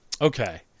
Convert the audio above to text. Okay